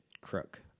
crook